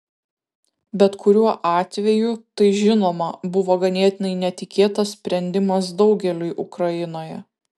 bet kuriuo atveju tai žinoma buvo ganėtinai netikėtas sprendimas daugeliui ukrainoje